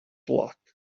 luck